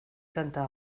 tanta